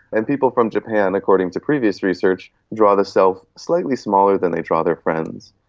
and people from japan, according to previous research, draw the self slightly smaller than they draw their friends.